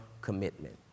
commitment